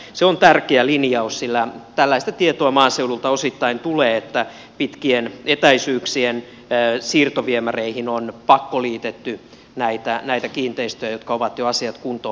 se on tärkeä linjaus sillä tällaista tietoa maaseudulta osittain tulee että pitkien etäisyyksien siirtoviemäreihin on pakkoliitetty näitä kiinteistöjä jotka ovat jo asiat kuntoon hoitaneet